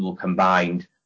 combined